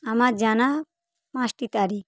আমার জানা পাঁচটি তারিখ